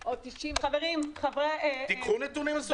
קחו נתונים מסודרים.